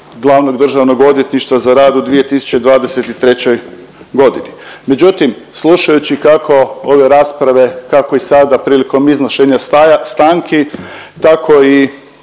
glavnog državnog odvjetništva za rad u 2023.g., međutim kako ove rasprave kako i sada prilikom iznošenja stanki tako i